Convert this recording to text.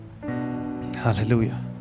hallelujah